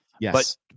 Yes